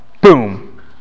boom